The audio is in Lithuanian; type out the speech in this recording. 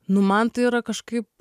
nu man tai yra kažkaip